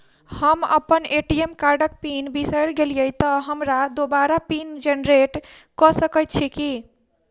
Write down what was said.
हम अप्पन ए.टी.एम कार्डक पिन बिसैर गेलियै तऽ हमरा दोबारा पिन जेनरेट कऽ सकैत छी की?